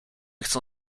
chcą